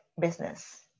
business